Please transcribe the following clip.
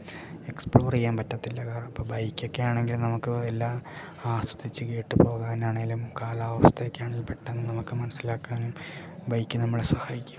explore ചെയ്യാൻ പറ്റത്തില്ല കാരണം ഇപ്പം ബൈക്ക് ഒക്കെ ആണെങ്കില് നമുക്ക് എല്ലാം ആസ്വദിച്ച് കേട്ട് പോകാനാണെങ്കിലും കാലാവസ്ഥയൊക്കെ ആണെങ്കിലും പെട്ടെന്ന് നമുക്ക് മനസ്സിലാക്കാനും ബൈക്ക് നമ്മളെ സഹായിക്കും